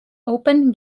open